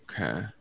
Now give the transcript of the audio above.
Okay